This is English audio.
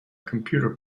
computer